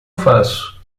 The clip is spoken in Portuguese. faço